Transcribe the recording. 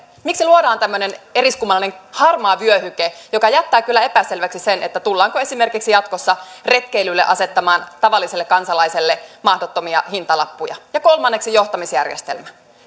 miksi luodaan tämmöinen eriskummallinen harmaa vyöhyke joka jättää kyllä epäselväksi sen tullaanko esimerkiksi jatkossa retkeilylle asettamaan tavalliselle kansalaiselle mahdottomia hintalappuja ja kolmanneksi johtamisjärjestelmä